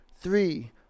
three